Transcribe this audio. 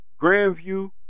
Grandview